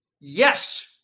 yes